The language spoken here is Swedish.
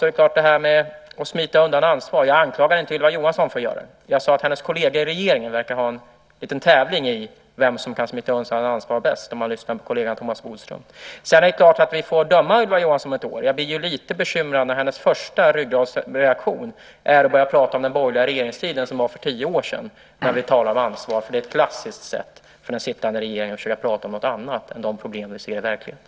Sedan har vi detta med att smita undan ansvar. Jag anklagar inte Ylva Johansson för att göra det. Efter att ha lyssnat på kollegan Thomas Bodström sade jag att hennes kolleger i regeringen verkar ha en liten tävling i vem som kan smita undan ansvar bäst. Vi får döma Ylva Johansson om ett år. Jag blir lite bekymrad när hennes första ryggradsreaktion när vi talar om ansvar är att börja prata om den borgerliga regeringstiden, som var för tio år sedan. Det är ett klassiskt sätt för den sittande regeringen att försöka prata om någonting annat än de problem som vi ser i verkligheten.